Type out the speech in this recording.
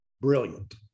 Brilliant